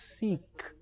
Seek